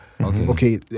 okay